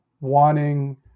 wanting